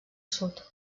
sud